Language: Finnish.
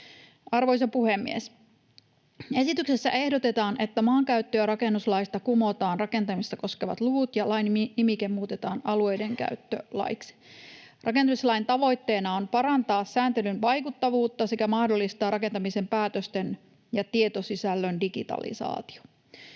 Arvoisa puhemies! Esityksessä ehdotetaan, että maankäyttö- ja rakennuslaista kumotaan rakentamista koskevat luvut ja lain nimike muutetaan alueidenkäyttölaiksi. Rakentamislain tavoitteena on parantaa sääntelyn vaikuttavuutta sekä mahdollistaa rakentamisen päätösten ja tietosisällön digitalisaatio.